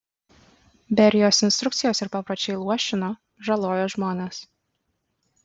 berijos instrukcijos ir papročiai luošino žalojo žmones